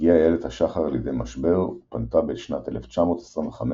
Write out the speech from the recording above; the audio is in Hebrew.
הגיעה איילת השחר לידי משבר ופנתה בשנת 1925